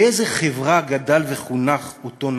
באיזו חברה גדל וחונך אותו נבל?